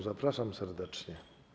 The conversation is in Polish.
Zapraszam serdecznie.